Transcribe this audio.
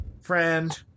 friend